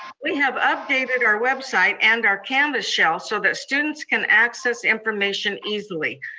we have updated our website and our canvas shelf, so that students can access information easily.